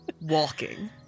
Walking